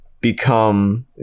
become